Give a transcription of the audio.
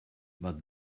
but